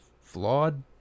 flawed